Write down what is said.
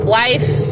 life